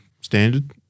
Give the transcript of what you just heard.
standard